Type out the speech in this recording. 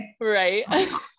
Right